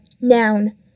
noun